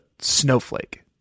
snowflake